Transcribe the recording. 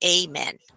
Amen